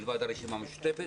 מלבד הרשימה המשותפת.